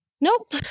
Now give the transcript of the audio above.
Nope